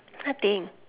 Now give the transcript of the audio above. nothing